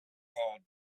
called